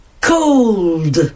cold